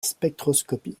spectroscopie